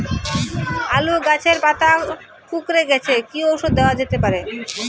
আলু গাছের পাতা কুকরে গেছে কি ঔষধ দেওয়া যেতে পারে?